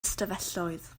ystafelloedd